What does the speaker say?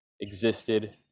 existed